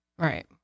Right